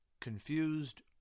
confused